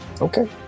okay